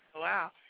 wow